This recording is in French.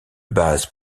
base